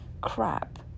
crap